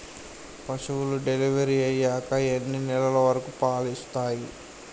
పశువులు డెలివరీ అయ్యాక ఎన్ని నెలల వరకు పాలు ఇస్తాయి?